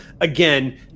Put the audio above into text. again